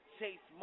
Chase